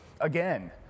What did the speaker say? again